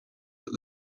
that